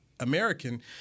American